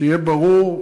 שיהיה ברור,